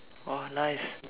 !wah! nice